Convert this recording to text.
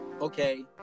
okay